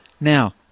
Now